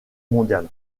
mondiale